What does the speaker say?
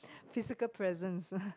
physical presence